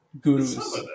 Gurus